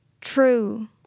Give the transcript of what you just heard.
True